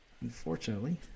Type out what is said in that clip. Unfortunately